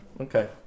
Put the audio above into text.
Okay